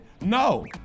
No